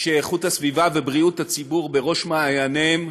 שאיכות הסביבה ובריאות הציבור בראש מעייניהם